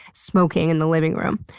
smoking in the living room.